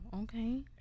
okay